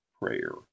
prayer